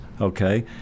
okay